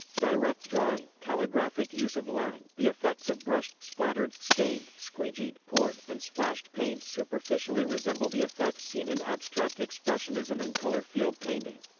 direct drawing, calligraphic use of line, the effects of brushed, splattered, stained, squeegeed, poured, and splashed paint superficially resemble the effects seen in abstract expressionism and color field painting.